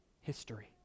history